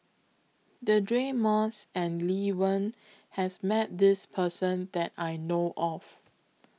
Deirdre Moss and Lee Wen has Met This Person that I know of